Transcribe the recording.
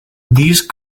these